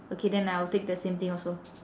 okay then I will take the same thing also